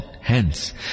Hence